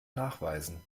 nachweisen